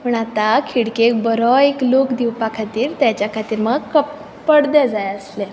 म्हण आतां खिडकेक बरो एक लूक दिवपा खातीर ताच्या खातीर मग कप पडदे जाय आसले